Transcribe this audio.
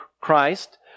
Christ